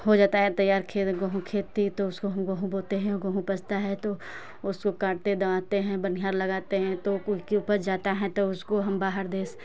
हो जाता है तैयार खेत तो गेहूँ खेती हम खेत तो उसको हम गेहूँ बोते हैं गहूँ उपजता है तो उसको काटते दवाते हैं बनिहार लगाते हैं तो कुल उपज जाता है तो उसको हम बाहर देश